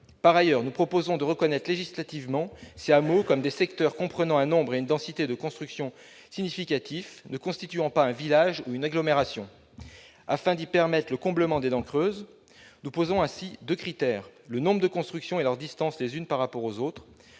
lieu, nous proposons de reconnaître légalement ces hameaux comme « des secteurs comprenant un nombre et une densité de constructions significatifs ne constituant pas un village ou une agglomération ». Afin d'y permettre le comblement des dents creuses, nous posons deux critères : le nombre de constructions et leur distance les unes par rapport aux autres.